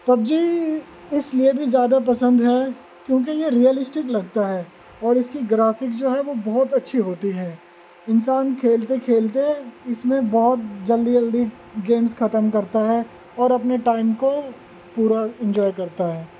pub جی اس لیے بھی زیادہ پسند ہے کیونکہ یہ ریئلسٹک لگتا ہے اور اس کی گرافکس جو ہے وہ بہت اچھی ہوتی ہے انسان کھیلتے کھیلتے اس میں بہت جلدی جلدی گیمس ختم کرتا ہے اور اپنے ٹائم کو پورا انجوائے کرتا ہے